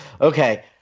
Okay